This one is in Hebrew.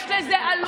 יש לזה עלות.